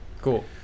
cool